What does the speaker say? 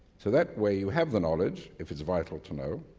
so that way you have the knowledge if it's vital to know,